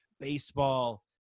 baseball